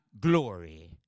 glory